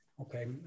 Okay